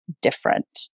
different